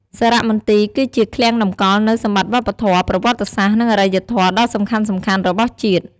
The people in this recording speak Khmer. សារមន្ទីរគឺជា ឃ្លាំងតម្កល់នូវសម្បត្តិវប្បធម៌ ប្រវត្តិសាស្ត្រ និងអរិយធម៌ដ៏សំខាន់ៗរបស់ជាតិ។